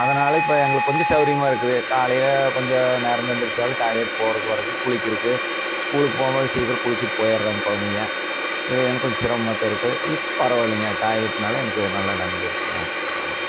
அதனால் இப்போ எங்களுக்கு கொஞ்சம் சௌகரியமாக இருக்குது காலையில் கொஞ்சம் நேரமாக எழுந்திரிச்சாலும் டாய்லெட் போறதுக்கு வரதுக்கு குளிக்கிறதுக்கு ஸ்கூலுக்கு போகுமோது சீக்கிரம் குளித்துட்டு போயிடுறாங்க குழந்தைங்க இது எனக்கு கொஞ்சம் சிரமமாகத்தான் இருக்கும் இப்போ பரவாயில்லைங்க டாய்லெட்னால் எனக்கு நல்லா நன்மை இருக்குங்க ஆமாம்